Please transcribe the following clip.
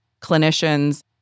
clinicians